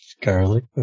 garlic